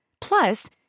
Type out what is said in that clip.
Plus